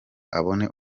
abone